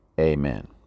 amen